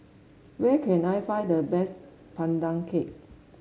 where can I find the best Pandan Cake